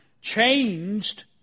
changed